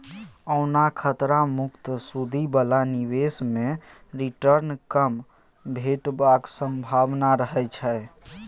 ओना खतरा मुक्त सुदि बला निबेश मे रिटर्न कम भेटबाक संभाबना रहय छै